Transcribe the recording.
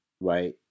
right